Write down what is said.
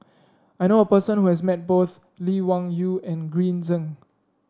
I knew a person who has met both Lee Wung Yew and Green Zeng